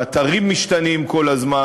האתרים משתנים כל הזמן,